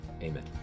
Amen